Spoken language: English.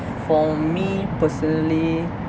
for me personally